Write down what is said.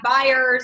buyers